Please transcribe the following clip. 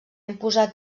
imposar